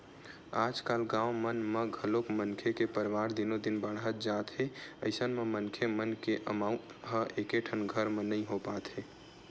आजकाल गाँव मन म घलोक मनखे के परवार दिनो दिन बाड़हत जात हे अइसन म मनखे मन के अमाउ ह एकेठन घर म नइ हो पात हे